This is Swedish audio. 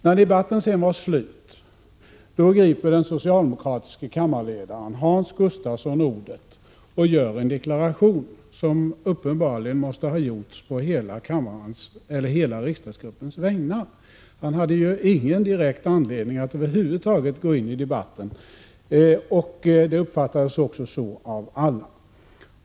När debatten var slut begärde den socialdemokratiske gruppledaren Hans Gustafsson ordet i kammaren och gjorde en deklaration, som uppenbarligen måste ha gjorts på hela riksdagsgruppens vägnar. Han hade ju ingen direkt anledning att över huvud taget gå in i debatten; det uppfattades också så av alla.